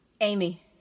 Amy